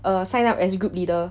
uh sign up as group leader